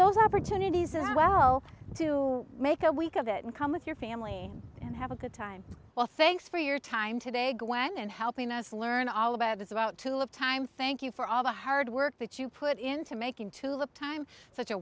those opportunities as well to make a week of it and come with your family and have a good time well thanks for your time today gwen and helping us learn all about is about to have time thank you for all the hard work that you put into making tulip time such a